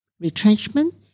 retrenchment